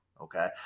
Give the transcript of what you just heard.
Okay